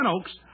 Oaks